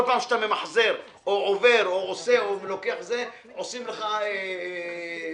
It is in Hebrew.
כל פעם שאתה ממחזר עושים לך ביטוח,